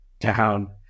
down